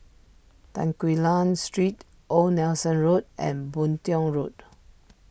Tan Quee Lan Street Old Nelson Road and Boon Tiong Road